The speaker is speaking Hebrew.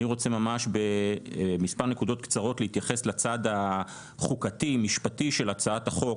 אני רוצה במספר נקודות קצרות להתייחס לצד החוקתי-משפטי של הצעת החוק.